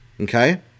Okay